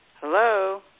Hello